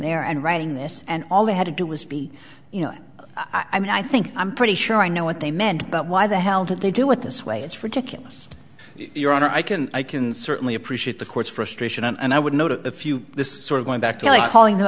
there and writing this and all they had to do was be you know i mean i think i'm pretty sure i know what they meant but why the hell did they do it this way it's ridiculous your honor i can i can certainly appreciate the court's frustration and i would notice a few this sort of going back to like calling he